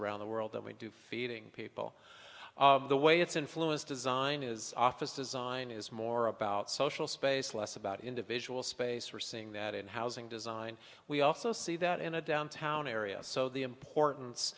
around the world than we do feeding people the way it's influenced design is office design is more about social space less about individual space we're seeing that in housing design we also see that in a downtown area so the importance